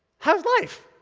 how's life?